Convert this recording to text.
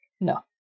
No